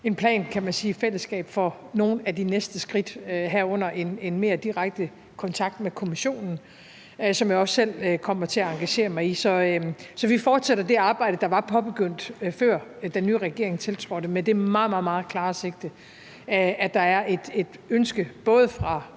en plan, kan man sige, i fællesskab for nogle af de næste skridt, herunder en mere direkte kontakt med Kommissionen, som jeg også selv kommer til at engagere mig i. Så vi fortsætter det arbejde, der var påbegyndt, før den nye regering tiltrådte, med det meget, meget klare sigte, at der er et ønske hos